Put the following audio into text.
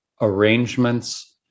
arrangements